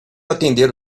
atender